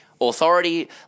authority